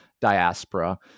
diaspora